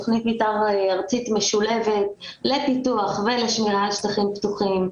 תכנית מתאר ארצית משולבת לפיתוח ולשמירה על שטחים פתוחים.